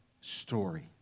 story